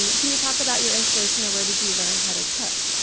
um can you talk about your inspiration or where did you learn how to cook?